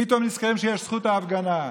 פתאום נזכרים שיש זכות ההפגנה.